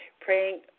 praying